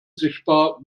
sichtbar